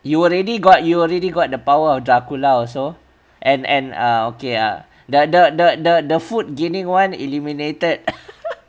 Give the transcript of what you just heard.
you already got you already got the power of dracula also and and uh okay uh the the the the food giving one eliminated